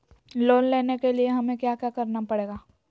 Loan लेने के लिए हमें क्या क्या करना पड़ेगा?